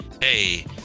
Hey